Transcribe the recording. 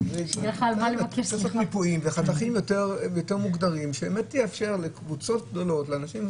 צריך מיפויים וחתכים יותר מוגדרים שבאמת יאפשרו לקבוצות גדולות ולאנשים,